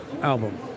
album